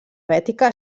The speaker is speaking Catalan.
bètica